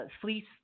fleece